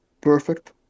perfect